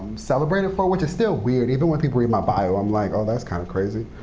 celebrated for, which is still weird even when people read my bio, i'm like, oh, that's kind of crazy.